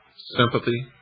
sympathy,